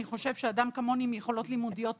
אני חושב שאדם כמוני עם יכולות לימודיות טובות,